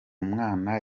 mwana